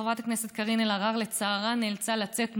חברת הכנסת קארין אלהרר לצערה נאלצה לצאת מוקדם,